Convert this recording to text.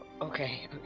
Okay